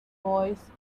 voice